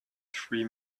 three